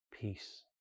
peace